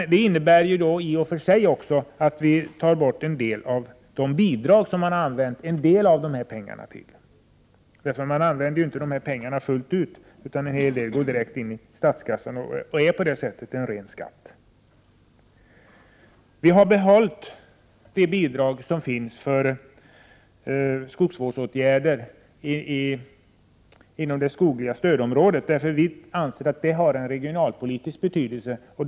Det innebär i och för sig också att vi tar bort en del av de bidrag som man bl.a. har använt dessa pengar till. Skogsvårdsavgifterna används ju inte fullt ut på det sättet, utan en hel del går direkt in i statskassan och är på det sättet en ren skatt. Vi har velat behålla bidraget för skogsvårdsåtgärder inom det skogliga stödområdet. Vi anser nämligen att det har en regionalpolitisk betydelse.